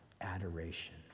adoration